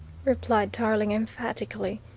replied tarling emphatically.